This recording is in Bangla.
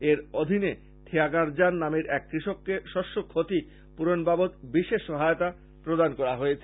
এর অধীনে থিয়াগারাজান নামের এক কৃষককে শষ্য ক্ষতি পূরণ বাবদ বিশেষ সহায়তা প্রদান করা হয়